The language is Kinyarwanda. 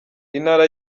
intara